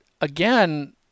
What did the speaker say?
again